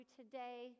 today